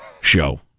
show